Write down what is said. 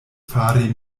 fari